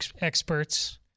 experts